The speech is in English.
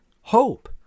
hope